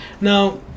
Now